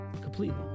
Completely